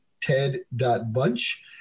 ted.bunch